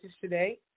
today